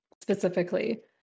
specifically